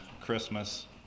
Christmas